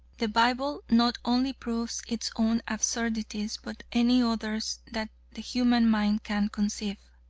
the bible not only proves its own absurdities, but any others that the human mind can conceive.